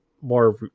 more